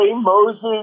Moses